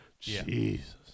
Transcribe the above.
Jesus